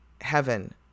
heaven